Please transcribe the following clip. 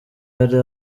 hari